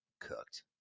cooked